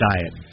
diet